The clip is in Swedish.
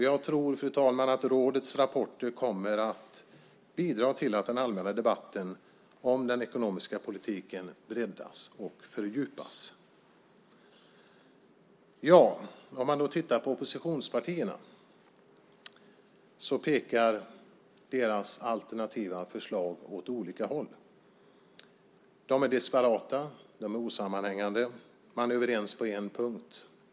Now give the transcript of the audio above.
Jag tror, fru talman, att rådets rapporter kommer att bidra till att den allmänna debatten om den ekonomiska politiken breddas och fördjupas. Man kan då titta på oppositionspartierna. Deras alternativa förslag pekar åt olika håll. De är disparata. De är osammanhängande. Man är överens på en punkt.